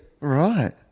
Right